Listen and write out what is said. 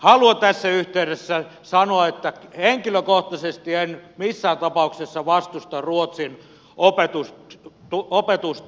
haluan tässä yhteydessä sanoa että henkilökohtaisesti en missään tapauksessa vastusta ruotsin opetusta